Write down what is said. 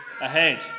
ahead